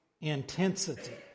Intensity